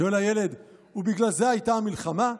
שואל הילד: ובגלל זה הייתה המלחמה?